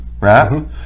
Right